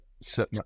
Set